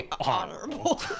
Honorable